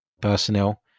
personnel